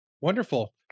Wonderful